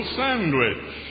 sandwich